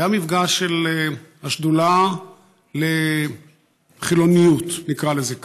והיה מפגש של השדולה לחילוניות, נקרא לזה כך.